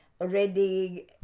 already